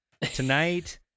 tonight